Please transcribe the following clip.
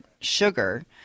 sugar